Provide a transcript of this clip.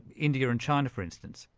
india and china for instance?